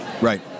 Right